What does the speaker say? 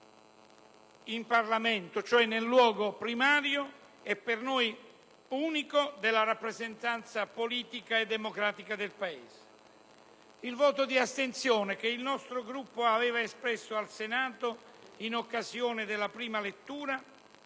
in Parlamento, cioè nel luogo primario e per noi unico della rappresentanza politica e democratica del Paese. Il voto di astensione che il nostro Gruppo aveva espresso al Senato in occasione della prima lettura